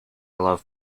love